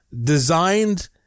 designed